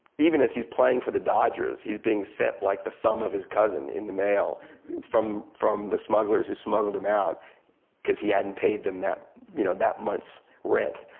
even as he's playing for the dodgers he's being sent like the thumb of his cousin in the mail from from the smugglers who smuggled him out cause he hadn't paid them that you know that months rent